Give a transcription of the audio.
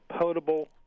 potable